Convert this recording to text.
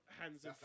hands